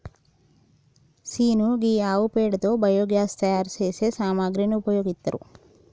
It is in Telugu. సీను గీ ఆవు పేడతో బయోగ్యాస్ తయారు సేసే సామాగ్రికి ఉపయోగిత్తారు